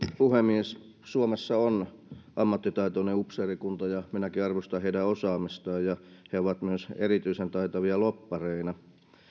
puhemies suomessa on ammattitaitoinen upseerikunta ja minäkin arvostan heidän osaamistaan ja he ovat myös erityisen taitavia lobbareina